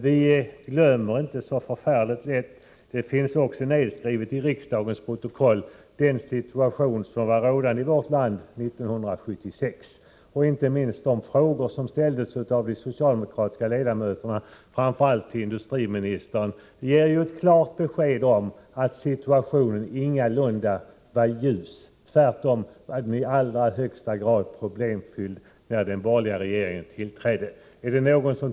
Vi glömmer inte så förfärligt lätt — det finns även nedskrivet i riksdagsprotokoll— den situation som rådde i vårt land 1976. Inte minst de frågor som ställdes av socialdemokratiska ledamöter, framför allt till industriministern, ger ett klart besked om att situationen ingalunda var ljus. Tvärtom var den i allra högsta grad problemfylld, när den borgerliga regeringen tillträdde.